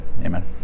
Amen